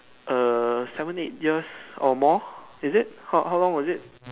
err seven eight years or more is it how how long was it